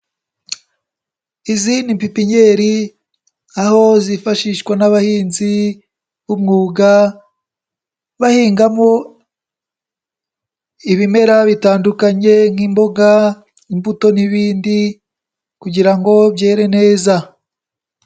Izi ni pipiniyeri aho zifashishwa n'abahinzi b'umwuga bahingamo ibimera bitandukanye nk'imboga, imbuto n'ibindi kugira byere neza.